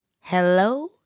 Hello